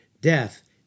Death